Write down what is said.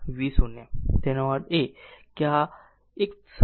368 v0 તેનો અર્થ એ કે આ એક 0